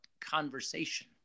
conversation